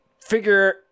figure